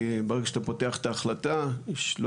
כי ברגע שאתה פותח את ההחלטה יש לא